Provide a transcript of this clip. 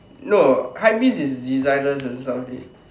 no hypebeast is designers and stuff dey